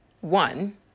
One